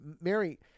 Mary